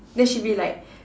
then she'll be like